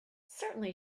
certainly